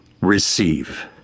receive